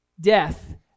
death